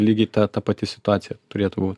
lygiai ta pati situacija turėtų būt